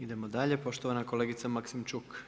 Idemo dalje. poštovana kolegica Maksimčuk.